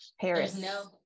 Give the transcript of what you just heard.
Paris